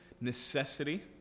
necessity